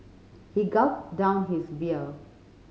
he gulped down his beer